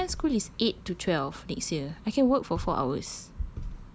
dude ishan school is eight to twelve next year I can work for four hours